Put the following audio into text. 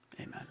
amen